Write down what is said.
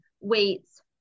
weights